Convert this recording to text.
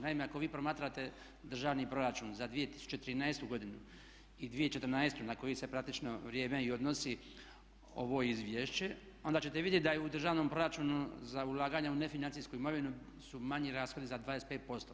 Naime, ako vi promatrate državni proračun za 2013. godinu i 2014. na koje se praktično vrijeme i odnosi ovo izvješće onda ćete vidjeti da je u državnom proračunu za ulaganja u nefinancijsku imovinu su manji rashodi za 25%